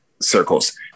circles